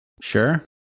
Sure